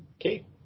Okay